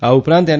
આ ઉપરાંત એન